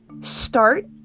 start